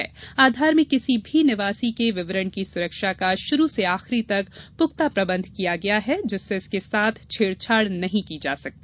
प्राधिकरण ने कहा कि आधार में किसी भी निवासी के विवरण की सुरक्षा का शुरू से आखिर तक पुख्ता प्रबंध किया गया है जिससे इसके साथ छेडछाड नहीं की जा सकती